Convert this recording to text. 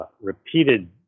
repeated